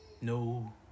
No